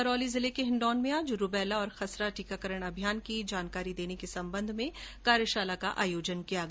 करौली जिले के हिंडौन में आज रूबेला और खसरा टीकाकरण अभियान की जानकारी के संबंध में कार्यशाला का आयोजन किया गया